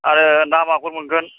आरो ना मागुर मोनगोन